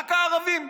רק הערבים?